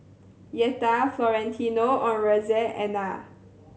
Yetta Florentino on Roseanna